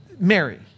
Mary